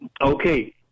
Okay